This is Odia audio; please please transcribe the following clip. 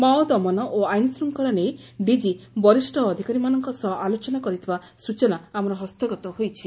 ମାଓ ଦମନ ଓ ଆଇନ ଶୃଙ୍ଖଳା ନେଇ ଡିଜି ବରିଷ୍ ଅଧିକାରୀମାନଙ୍କ ସହ ଆଲୋଚନା କରିଥିବା ସ୍ଟଚନା ଆମର ହସ୍ତଗତ ହୋଇଛି